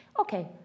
okay